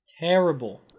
terrible